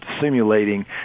simulating